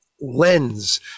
lens